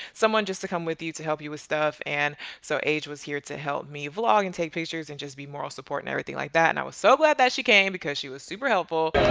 someone just to come with you to help you with stuff. and so age was here to help me vlog and take pictures, and just be moral support and everything like that. and i was so glad that she came because she was super helpful.